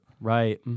Right